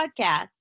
podcast